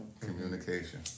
Communication